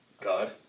God